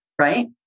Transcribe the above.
right